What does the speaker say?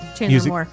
music